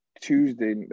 tuesday